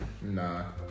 Nah